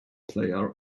player